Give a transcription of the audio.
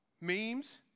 Memes